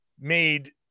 made